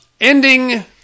Ending